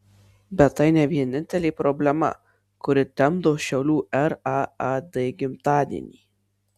bet tai ne vienintelė problema kuri temdo šiaulių raad gimtadienį